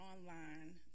online